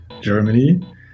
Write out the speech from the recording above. Germany